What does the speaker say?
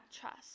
trust